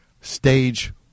stage